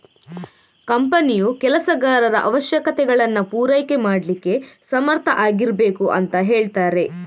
ಕಂಪನಿಯು ಕೆಲಸಗಾರರ ಅವಶ್ಯಕತೆಗಳನ್ನ ಪೂರೈಕೆ ಮಾಡ್ಲಿಕ್ಕೆ ಸಮರ್ಥ ಆಗಿರ್ಬೇಕು ಅಂತ ಹೇಳ್ತಾರೆ